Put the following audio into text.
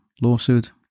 lawsuit